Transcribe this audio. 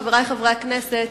חברי חברי הכנסת,